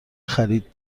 خرید